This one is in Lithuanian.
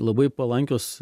labai palankios